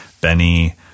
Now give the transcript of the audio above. Benny